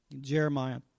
Jeremiah